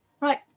right